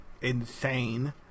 insane